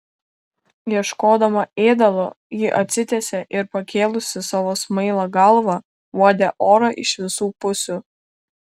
ieškodama ėdalo ji atsitiesė ir pakėlusi savo smailą galvą uodė orą iš visų pusių